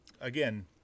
again